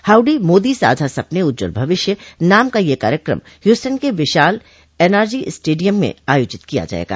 howdy Modi साझा सपने उज्जवल भविष्य नाम का यह कार्यक्रम ह्यूस्टन के विशाल एन आर जी स्टेडियम में आयोजित किया जाएगा